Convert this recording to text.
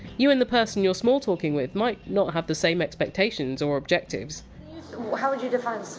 you and the person you're small talking with might not have the same expectations or objectives how would you define small